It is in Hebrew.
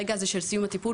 הרגע הזה של סיום הטיפול,